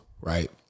right